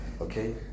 okay